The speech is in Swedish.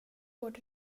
vårt